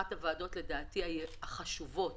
זו אחת הוועדות, לדעתי, החשובות.